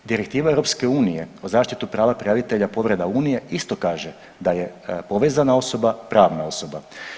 Direktiva EU o zaštiti prava prijavitelja povreda unije isto kaže da je povezna osoba pravna osoba.